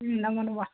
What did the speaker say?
नमो नमः